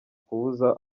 kubuza